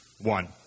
One